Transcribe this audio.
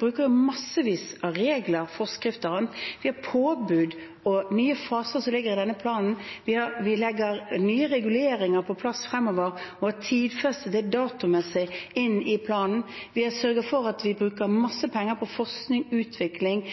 bruker massevis av regler, forskrifter og annet. Vi har påbud og nye faser som ligger i denne planen. Vi legger nye reguleringer på plass fremover, og har tidfestet det datomessig inn i planen. Vi har sørget for at vi bruker masse penger på forskning og utvikling